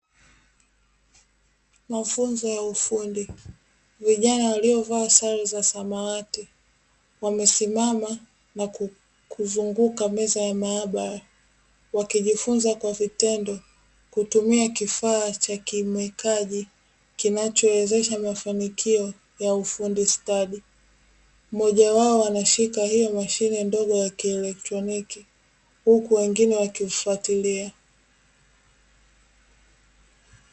Mafunzo ya ufundi. Vijana waliovaa sare za samawati wamesimama kuzunguka meza ya maabara, wakijifunza kwa vitendo kutumia kifaa cha kimwekaji kinachowezesha mafanikio ya ufundi stadi. Mmoja wao anashika hiyo mashine ndogo ya kieletroniki huku wengine wakimfatilia.